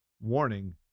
Warning